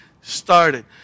started